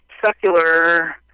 secular